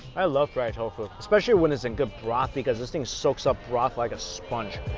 i love fried tofu especially when it's in good broth because this thing soaks up broth like a sponge